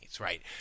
right